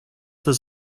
does